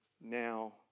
now